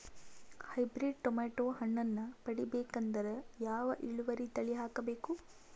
Hybrid tomato ಹಣ್ಣನ್ನ ಪಡಿಬೇಕಂದರ ಯಾವ ಇಳುವರಿ ತಳಿ ಹಾಕಬೇಕು?